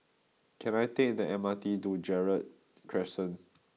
can I take the M R T to Gerald Crescent